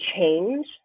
change